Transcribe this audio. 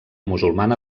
musulmana